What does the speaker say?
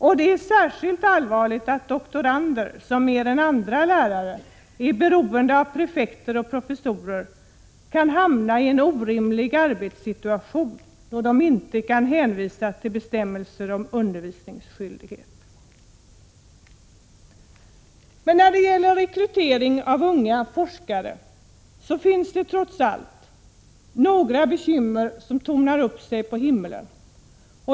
Bristen är särskilt allvarlig eftersom doktorander, som mer än andra lärare är beroende av prefekter och professorer, kan hamna i en orimlig arbetssituation, då de inte kan hänvisa till bestämmelser om undervisningsskyldighet. När det gäller rekrytering av unga forskare finns trots allt några bekymmer som tornar upp sig på himlen.